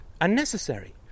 unnecessary